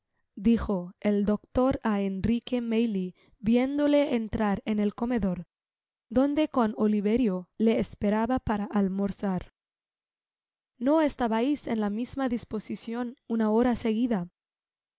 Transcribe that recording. dijo el doctor á enrique maylie viéndole entrar en el comedor donde con oliverio le esperaba para almorzar no estabais en la misma disposicion una hora seguida